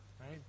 Right